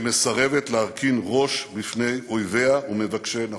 שמסרבת להרכין ראש בפני אויביה ומבקשי נפשה,